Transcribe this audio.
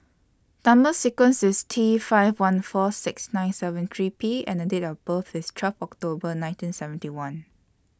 Number sequence IS T five one four six nine seven three P and The Date of birth IS twelve October nineteen seventy one